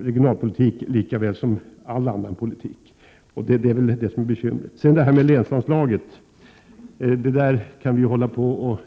regionalpolitiken och inte heller politiken på andra områden. Länsanslaget kan vi hålla på och